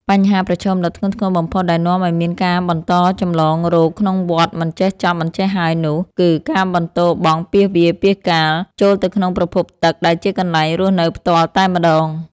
បញ្ហាប្រឈមដ៏ធ្ងន់ធ្ងរបំផុតដែលនាំឱ្យមានការបន្តចម្លងរោគក្នុងវដ្តមិនចេះចប់មិនចេះហើយនោះគឺ ការបន្ទោបង់ពាសវាលពាសកាល ចូលទៅក្នុងប្រភពទឹកដែលជាកន្លែងរស់នៅផ្ទាល់តែម្តង។